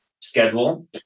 schedule